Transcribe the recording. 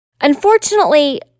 Unfortunately